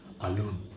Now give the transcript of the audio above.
alone